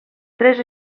tres